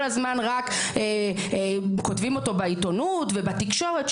שכל הזמן כותבים אותו בעיתונות ובתקשורת,